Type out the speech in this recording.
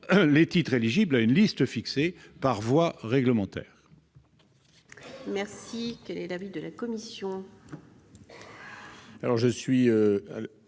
des titres éligibles à une liste fixée par voie réglementaire.